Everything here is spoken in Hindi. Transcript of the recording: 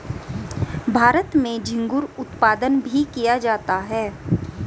भारत में झींगुर उत्पादन भी किया जाता है